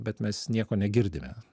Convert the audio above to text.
bet mes nieko negirdime